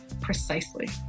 Precisely